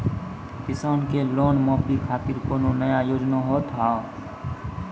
किसान के लोन माफी खातिर कोनो नया योजना होत हाव?